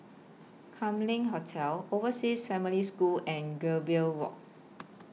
Kam Leng Hotel Overseas Family School and Gambir Walk